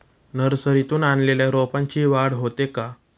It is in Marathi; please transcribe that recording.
नर्सरीतून आणलेल्या रोपाची वाढ होते का?